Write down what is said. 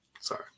sorry